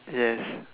yes